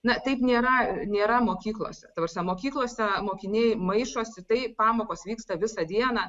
na taip nėra nėra mokyklose ta prasme mokyklose mokiniai maišosi tai pamokos vyksta visą dieną